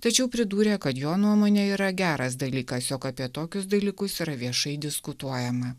tačiau pridūrė kad jo nuomone yra geras dalykas jog apie tokius dalykus yra viešai diskutuojama